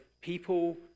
people